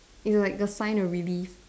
it's like a sigh of relief